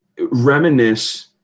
Reminisce